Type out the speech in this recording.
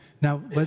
now